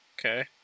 Okay